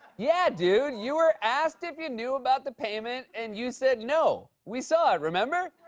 yeah, dude. you were asked if you knew about the payment, and you said no. we saw it, remember?